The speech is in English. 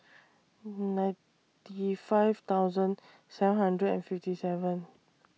ninety five thousand seven hundred and fifty seven